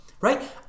Right